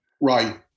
Right